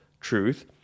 truth